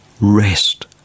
Rest